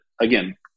again